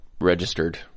registered